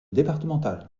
départemental